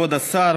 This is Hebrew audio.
כבוד השר,